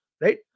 right